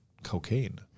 cocaine